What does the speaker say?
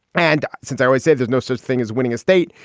and since iowa said there's no such thing as winning a state.